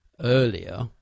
earlier